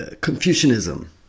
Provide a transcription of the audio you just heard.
Confucianism